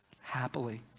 happily